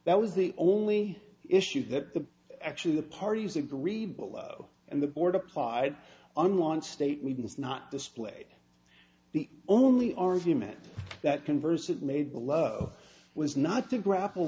that was the only issue that actually the parties agree below and the board applied online statements not displayed the only argument that conversant made below was not to grapple